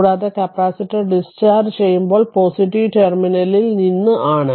കൂടാതെ capacitor discharge ചെയ്യുമ്പോൾ positive ടെർമിനലിൽ നിന്ന് ആണ്